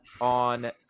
on